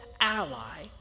ally